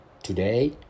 Today